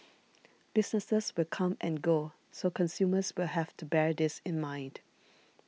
businesses will come and go so consumers will have to bear this in mind